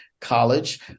college